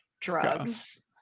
drugs